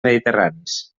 mediterranis